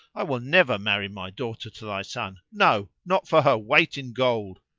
i will never marry my daughter to thy son no, not for her weight in gold!